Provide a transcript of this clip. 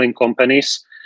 companies